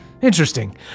interesting